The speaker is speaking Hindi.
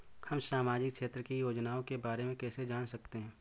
हम सामाजिक क्षेत्र की योजनाओं के बारे में कैसे जान सकते हैं?